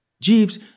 Jeeves